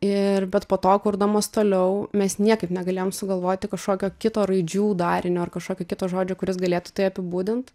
ir bet po to kurdamos toliau mes niekaip negalėjom sugalvoti kažkokio kito raidžių darinio ar kažkokio kito žodžio kuris galėtų tai apibūdint